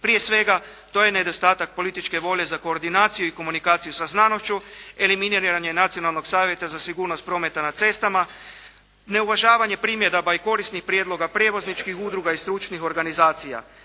Prije svega to je nedostatak političke volje za koordinaciju i komunikaciju sa znanošću, eliminiranje nacionalnog savjeta za sigurnost prometa na cestama, ne uvažavanje primjedaba i korisnih prijedloga prijevozničkih udruga i stručnih organizacija.